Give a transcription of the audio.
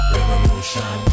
Revolution